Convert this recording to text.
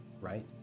right